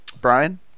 Brian